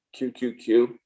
QQQ